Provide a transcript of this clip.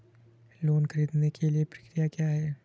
Loan ख़रीदने के लिए प्रक्रिया क्या है?